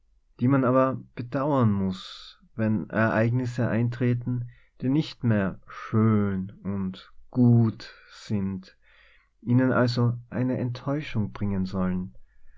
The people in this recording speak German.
die man aber bedauern muß wenn ereignisse eintreten die nicht mehr schön und gut sind ihnen also eine enttäuschung bringen sollen